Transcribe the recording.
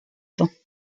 vents